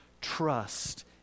trust